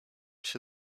się